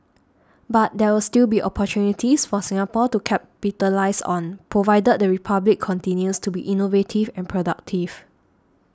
but there will still be opportunities for Singapore to capitalise on provided the Republic continues to be innovative and productive